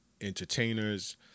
entertainers